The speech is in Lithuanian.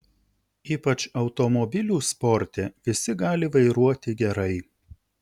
ypač automobilių sporte visi gali vairuoti gerai